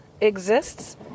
exists